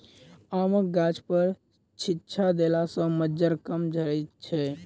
आमक गाछपर छिच्चा देला सॅ मज्जर कम झरैत छै